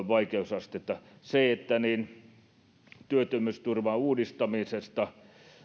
vaikeusastetta työttömyysturvan uudistamisesta